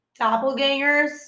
Doppelgangers